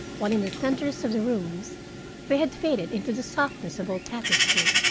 while in the centers of the rooms they had faded into the softness of old tapestry.